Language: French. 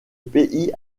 pays